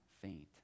faint